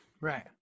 right